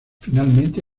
finalmente